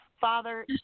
Father